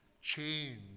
change